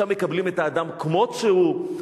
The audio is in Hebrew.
שם מקבלים את האדם כמות שהוא.